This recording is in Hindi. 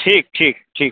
ठीक ठीक ठीक